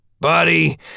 Buddy